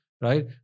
right